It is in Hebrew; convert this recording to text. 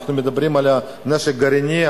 אנחנו מדברים על נשק גרעיני,